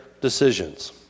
decisions